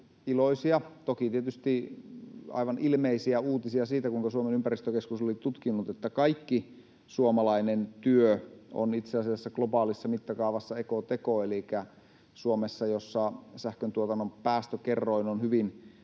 iloisia, toki tietysti aivan ilmeisiä, uutisia siitä, kuinka Suomen ympäristökeskus oli tutkinut, että kaikki suomalainen työ on itse asiassa globaalissa mittakaavassa ekoteko. Elikkä tehdäänpä Suomessa, jossa sähköntuotannon päästökerroin on hyvin pieni,